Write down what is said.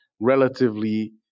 relatively